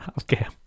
Okay